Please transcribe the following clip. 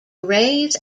arrays